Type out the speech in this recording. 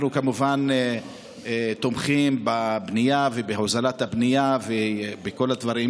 אנחנו כמובן תומכים בבנייה ובהוזלת הבנייה ובכל הדברים,